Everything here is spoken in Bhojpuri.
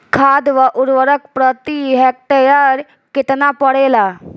खाध व उर्वरक प्रति हेक्टेयर केतना पड़ेला?